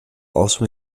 also